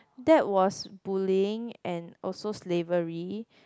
that was bullying and also slavery